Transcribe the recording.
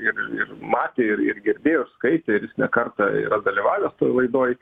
ir ir matė ir ir girdėjo skaitė ir jis ne kartą yra dalyvavęs toj laidoj